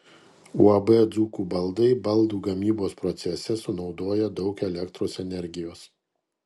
uab dzūkų baldai baldų gamybos procese sunaudoja daug elektros energijos